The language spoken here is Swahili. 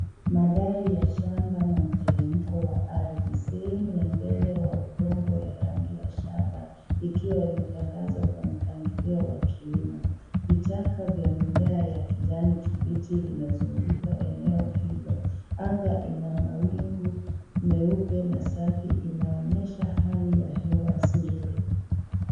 Madhari ya shamba na mteremko wa ardhi , sehemu ya mbele wa udongo ya rangi ya shaba ikiwa imetandazwa kwa mpangilio wa kilimo vichaka vya mimea ya kija ni kibichi vinazunguka eneo hilo anga ina mawingu meupe na safi inaonyesha hali ya hewa nzuri.